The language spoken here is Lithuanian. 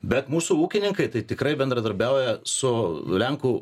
bet mūsų ūkininkai tai tikrai bendradarbiauja su lenkų